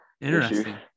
interesting